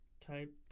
type